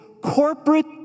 corporate